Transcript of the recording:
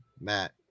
Matt